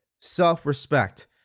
self-respect